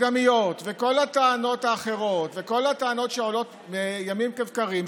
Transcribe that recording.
המקדמיות וכל הטענות האחרות וכל הטענות שעולות חדשות לבקרים,